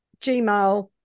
Gmail